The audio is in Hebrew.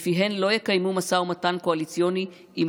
שלפיהן לא יקיימו משא ומתן קואליציוני עם